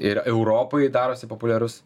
ir europoj darosi populiarus